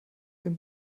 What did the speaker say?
den